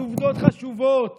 עובדות חשובות